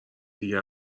دیگه